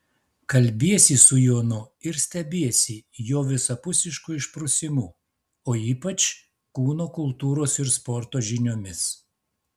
kalbiesi su jonu ir stebiesi jo visapusišku išprusimu o ypač kūno kultūros ir sporto žiniomis